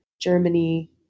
Germany